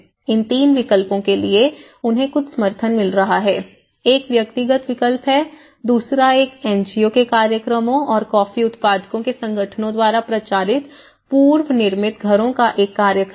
इन 3 विकल्पों के लिए उन्हें कुछ समर्थन मिल रहा है एक व्यक्तिगत विकल्प है दूसरा एक एन जी ओ के कार्यक्रमों और कॉफी उत्पादकों के संगठनों द्वारा प्रचारित पूर्वनिर्मित घरों का एक कार्यक्रम है